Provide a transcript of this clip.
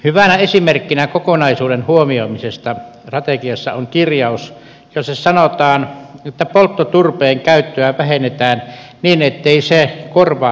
hyvänä esimerkkinä kokonaisuuden huomioimisesta strategiassa on kirjaus jossa sanotaan että polttoturpeen käyttöä vähennetään niin ettei se korvaannu kivihiilellä